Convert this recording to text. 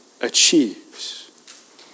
achieves